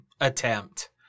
attempt